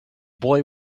boy